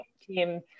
team